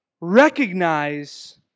recognize